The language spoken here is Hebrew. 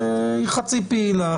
שהיא חצי פעילה,